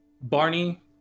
Barney